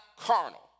carnal